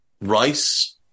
Rice